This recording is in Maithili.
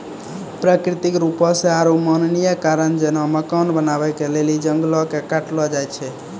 प्राकृतिक रुपो से आरु मानवीय कारण जेना मकान बनाबै के लेली जंगलो के काटलो जाय छै